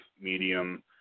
Medium